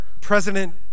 President